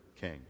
king